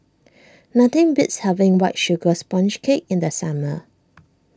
nothing beats having White Sugar Sponge Cake in the summer